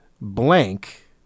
Blank